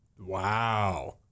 Wow